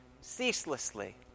ceaselessly